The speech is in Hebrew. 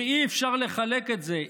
ואי-אפשר לחלק את זה.